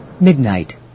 Midnight